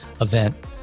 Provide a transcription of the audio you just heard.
event